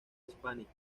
hispánica